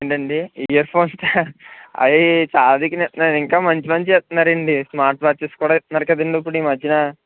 అదే అండి ఇయర్ఫోన్స్ నేను ఇంకా మంచి మంచి ఇస్తున్నారు అండి స్మార్ట్ వాచెస్ కూడా ఇస్తున్నారు కదండి ఇప్పుడు ఈ మధ్యన